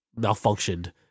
malfunctioned